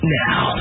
now